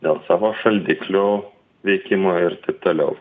dėl savo šaldiklių veikimo ir taip toliau